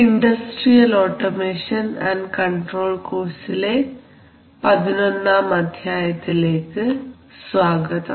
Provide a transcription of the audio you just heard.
industrial automation and control കോഴ്സിലെ പതിനൊന്നാം അധ്യായത്തിലേക്ക് സ്വാഗതം